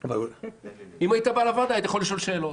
אם היית בא לוועדה היית יכול לשאול שאלות.